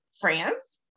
France